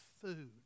food